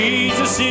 Jesus